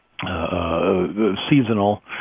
seasonal